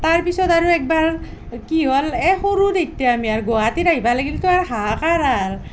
তাৰ পিছত আৰু একবাৰ কি হ'ল সৰু তেতিয়া আমি আৰু গুৱাহাটীত আহিব লাগিলেতো আৰু হাহাকাৰ আৰু